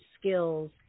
skills